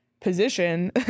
position